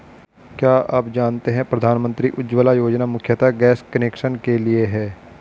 क्या आप जानते है प्रधानमंत्री उज्ज्वला योजना मुख्यतः गैस कनेक्शन के लिए है?